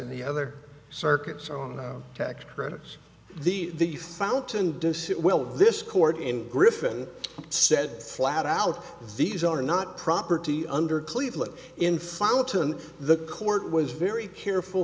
in the other circuits on tax credits the the fountain decide well this court in griffin said flat out these are not property under cleveland in fountain the court was very careful